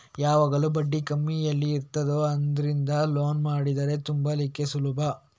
ಯಾವಾಗ್ಲೂ ಬಡ್ಡಿ ಕಮ್ಮಿ ಎಲ್ಲಿ ಇರ್ತದೋ ಅದ್ರಿಂದ ಲೋನ್ ಮಾಡಿದ್ರೆ ತುಂಬ್ಲಿಕ್ಕು ಸುಲಭ